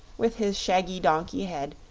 with his shaggy donkey head,